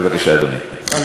בבקשה, אדוני.